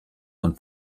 und